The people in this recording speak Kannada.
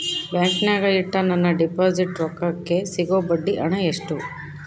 ಬ್ಯಾಂಕಿನಾಗ ಇಟ್ಟ ನನ್ನ ಡಿಪಾಸಿಟ್ ರೊಕ್ಕಕ್ಕೆ ಸಿಗೋ ಬಡ್ಡಿ ಹಣ ಎಷ್ಟು?